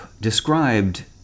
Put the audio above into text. described